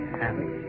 happy